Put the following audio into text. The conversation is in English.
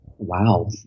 Wow